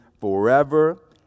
forever